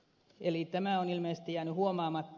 eli tämä on ilmeisesti jäänyt huomaamatta